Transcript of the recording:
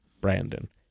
Brandon